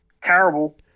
terrible